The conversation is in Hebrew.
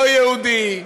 לא יהודי,